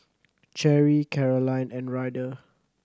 Cherry Carolyne and Ryder